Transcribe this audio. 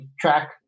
track